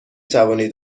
توانید